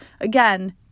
again